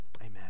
amen